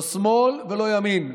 לא שמאל ולא ימין.